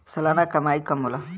सलाना कमाई कम होला